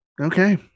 Okay